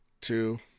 two